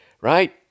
right